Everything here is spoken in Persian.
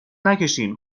نکشین